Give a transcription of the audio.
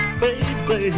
baby